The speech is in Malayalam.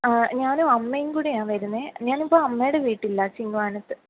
ആ ഞാനും അമ്മയും കൂടെ ആണ് വരുന്നത് ഞാൻ ഇപ്പോൾ അമ്മയുടെ വീട്ടിലാണ് ചിങ്ങവനത്ത്